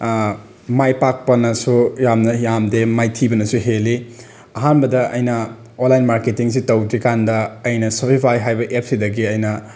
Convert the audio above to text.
ꯃꯥꯏ ꯄꯥꯛꯄꯅꯁꯨ ꯌꯥꯝꯅ ꯌꯥꯝꯗꯦ ꯃꯥꯏꯊꯤꯕꯅꯁꯨ ꯍꯦꯜꯂꯤ ꯑꯍꯥꯝꯕꯗ ꯑꯩꯅ ꯑꯣꯟꯂꯥꯏꯟ ꯃꯥꯔꯀꯦꯠꯇꯤꯡꯁꯦ ꯇꯧꯗ꯭ꯔꯤꯀꯥꯟꯗ ꯑꯩꯅ ꯁꯣꯐꯤꯐꯥꯏ ꯍꯥꯏꯕ ꯑꯦꯞꯁꯤꯗꯒꯤ ꯑꯩꯅ